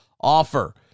offer